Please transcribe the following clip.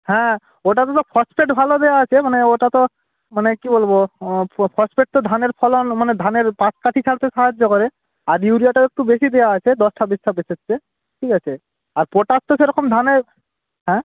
হ্যাঁ ওটাতে তো ফসফেট ভালো দেওয়া আছে মানে ওটা তো মানে কি বলব ফসফেট তো ধানের ফলন মানে ধানের পাঠকাটি সাথে সাহায্য করে আর ইউরিয়াটাও একটু বেশি দেওয়া আছে দশ ছাব্বিশ সাতাশের চেয়ে ঠিক আছে আর পটাশ তো সেরকম ধানের হ্যাঁ